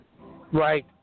Right